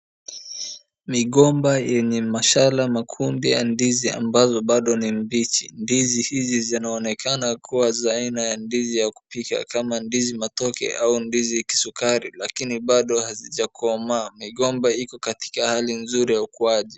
Migomba yenye mashala makundi ya ndizi ambazo bado ni mbichi. Ndizi hizi zinaonekana kuwa za aina ya ndizi ya kupika inajulikana kama ndizi matoke au ndizi kisukari lakini bado hazijakomaa. Migomba hiko katika hali nzuri ya ukuaji.